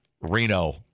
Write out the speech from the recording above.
Reno